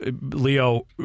Leo